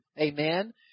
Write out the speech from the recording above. amen